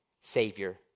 Savior